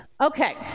Okay